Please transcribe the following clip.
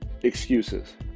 excuses